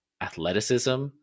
athleticism